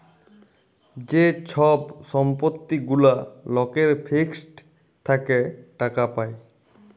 যে ছব সম্পত্তি গুলা লকের ফিক্সড থ্যাকে টাকা পায়